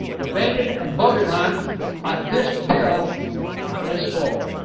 debated and voted on on this bill on this floor.